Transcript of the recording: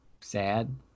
sad